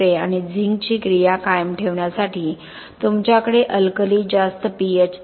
आणि झिंकची क्रिया कायम ठेवण्यासाठी तुमच्याकडे अल्कली जास्त pH 13